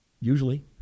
usually